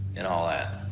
and all that.